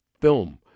film